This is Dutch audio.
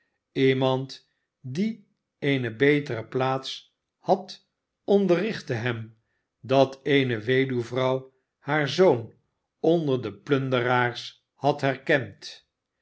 iemand die eene betere plaats had onderrichtte hem dat eene weduwvrouw haar zoon onder de plunderaars had herkend